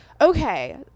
Okay